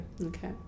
Okay